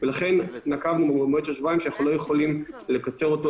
לכן נקבנו במועד של שבועיים שאנחנו לא יכולים לקצר אותו,